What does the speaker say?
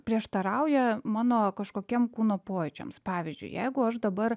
prieštarauja mano kažkokiem kūno pojūčiams pavyzdžiui jeigu aš dabar